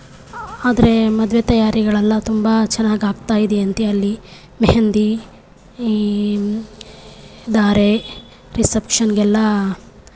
ಆದರೆ ಮದುವೆ ತಯಾರಿಗಳೆಲ್ಲ ತುಂಬ ಚೆನ್ನಾಗಿ ಆಗ್ತಯಿದೆಯಂತೆ ಅಲ್ಲಿ ಮೆಹೆಂದಿ ಈ ಧಾರೆ ರಿಸೆಪ್ಷನ್ನಿಗೆಲ್ಲ